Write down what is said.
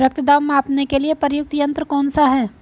रक्त दाब मापने के लिए प्रयुक्त यंत्र कौन सा है?